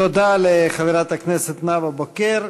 תודה לחברת הכנסת נאוה בוקר.